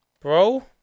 Bro